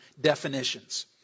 definitions